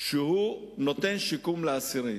שהוא נותן שיקום לאסירים.